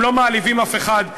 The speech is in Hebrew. הם לא מעליבים אף אחד,